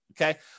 Okay